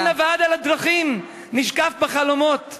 אולי נווד על הדרכים / נשקף בחלומות /